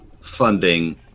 funding